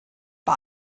bei